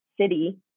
city